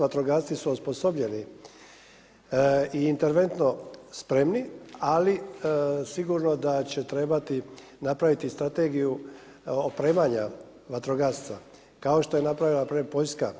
Vatrogasci su osposobljeni i interventno spremni, ali sigurno da će trebati napraviti strategiju opremanja vatrogasaca, kao što je napravila npr. Poljska.